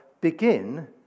begin